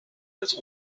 das